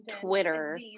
Twitter